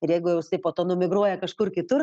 ir jeigu jau jisai po to numigruoja kažkur kitur